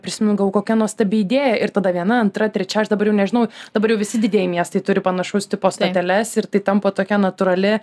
prisimindavau kokia nuostabi idėja ir tada viena antra trečia aš dabar jau nežinau dabar jau visi didieji miestai turi panašaus tipo stoteles ir tai tampa tokia natūrali